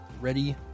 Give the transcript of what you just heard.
ready